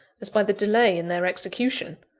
as by the delay in their execution.